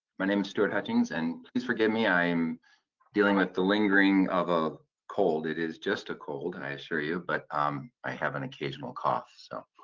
my name is stuart hutchings and please forgive me i'm dealing with the lingering of a cold. it is just a cold, and i assure you but um i have an occasional cough so.